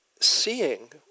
seeing